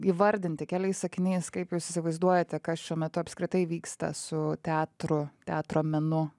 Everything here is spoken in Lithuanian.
įvardinti keliais sakiniais kaip jūs įsivaizduojate kas šiuo metu apskritai vyksta su teatru teatro menu